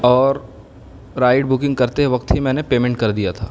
اور ride booking کرتے وقت ہی میں نے پیمنٹ کر دیا تھا